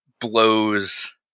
blows